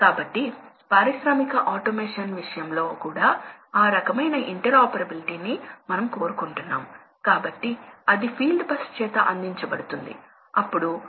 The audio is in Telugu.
కాబట్టి పైపు యొక్క లక్షణం ఏమిటంటే ఎంత ప్రెషర్ వ్యత్యాసం అవసరమో అంత మొత్తంలో ప్రవాహాన్ని సృష్టించగలుగుతుంది మరియు అది స్క్వేర్ లా ను అనుసరిస్తుంది